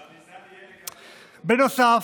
אבל ניתן יהיה לקרקס אותו, בנוסף,